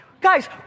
Guys